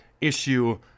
issue